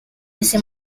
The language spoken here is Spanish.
ese